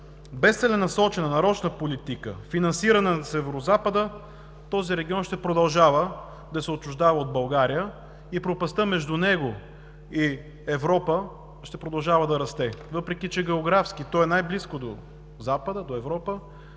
без целенасочена нарочна политика и финансиране регионът ще продължава да се отчуждава от България и пропастта между него и Европа ще продължава да расте, въпреки че географски той е най-близо до Запада, до Европа,